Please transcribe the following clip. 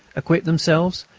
equip themselves,